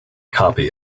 copy